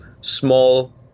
small